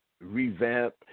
revamp